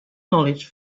knowledge